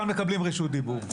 כאן מקבלים רשות דיבור.